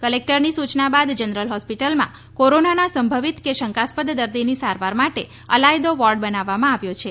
કલેક્ટરની સૂચના બાદ જનરલ હોસ્પિટલમાં કોરોનાના સંભવિત કે શંકાસ્પદ દર્દીની સારવાર માટે અલાયદો વોર્ડ બનાવવામાં આવ્યો છે